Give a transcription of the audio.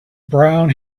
brown